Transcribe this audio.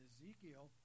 Ezekiel